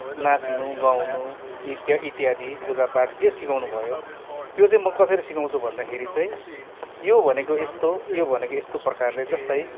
नाच्नु गाउँनु इत्या इत्यादि पूजा पाठ जे सिकाउनु भयो त्यो चाहिँ म के सिकाउँछु भन्दाखेरि चाहिँ यो भनेको यस्तो हो यो भनेको यस्तो प्रकारले जस्तै